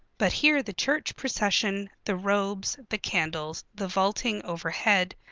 but here the church procession, the robes, the candles, the vaulting overhead,